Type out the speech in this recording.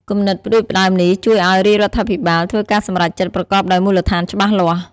គំនិតផ្តួចផ្តើមនេះជួយឱ្យរាជរដ្ឋាភិបាលធ្វើការសម្រេចចិត្តប្រកបដោយមូលដ្ឋានច្បាស់លាស់។